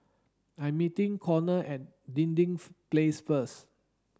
I'm meeting Conner and Dinding Place first